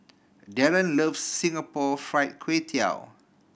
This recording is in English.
Daren loves Singapore Fried Kway Tiao